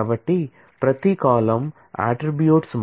కాబట్టి ప్రతి column attributes